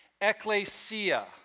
ecclesia